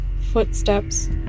Footsteps